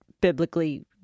biblically